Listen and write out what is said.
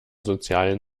sozialen